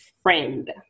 Friend